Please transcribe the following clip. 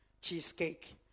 cheesecake